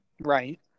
Right